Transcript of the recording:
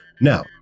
Now